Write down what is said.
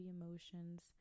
emotions